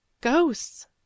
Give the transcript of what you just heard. Ghosts